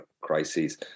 crisis